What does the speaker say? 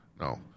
no